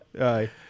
aye